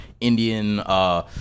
Indian